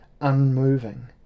unmoving